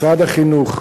משרד החינוך,